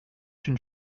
une